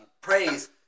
Praise